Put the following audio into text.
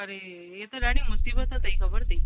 अरे हे त ॾाढी मुसीबत अथई ख़बर अथई